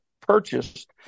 Purchased